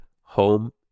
home